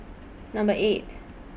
Number eight